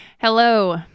Hello